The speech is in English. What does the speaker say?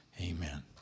amen